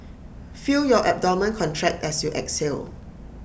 feel your abdomen contract as you exhale